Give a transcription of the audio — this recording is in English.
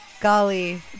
Golly